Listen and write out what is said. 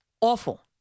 Awful